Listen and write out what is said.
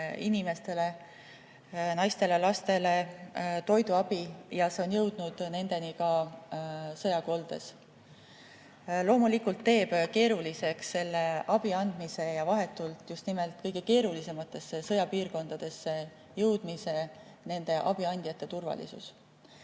inimestele, naistele ja lastele toiduabi, see on jõudnud nendeni ka sõjakoldes. Loomulikult teeb selle abi andmise ja vahetult just nimelt kõige keerulisematesse sõjapiirkondadesse jõudmise keeruliseks [vajadus